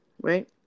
right